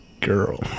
girl